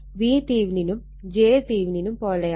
V തീവ്നിനും j തീവ്നിനും പോലെയാണ്